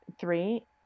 Three